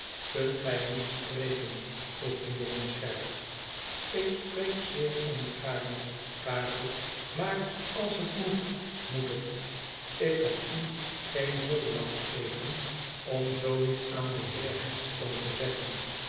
sktmt gij niet spreken i vroeg de jongen scherp ik spreek zeer ongaarne karel maar als het moet moet het ik kan u geen volmacht geven om zoo iets aan den heer headstone te zeggen